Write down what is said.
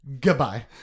Goodbye